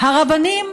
הרבנים,